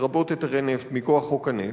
לרבות היתרי נפט מכוח חוק הנפט,